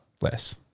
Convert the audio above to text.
Less